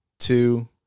Two